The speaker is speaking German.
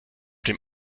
dem